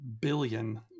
billion